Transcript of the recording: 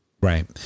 Right